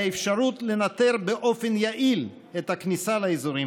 האפשרות לנטר באופן יעיל את הכניסה לאזורים